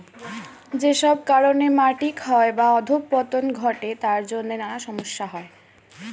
যেসব কারণে মাটি ক্ষয় বা অধঃপতন ঘটে তার জন্যে নানা সমস্যা হয়